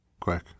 Quick